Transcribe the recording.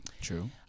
True